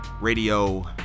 Radio